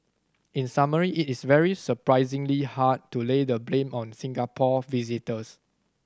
in summary it is very surprisingly hard to lay the blame on Singapore visitors